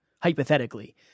hypothetically